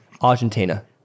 Argentina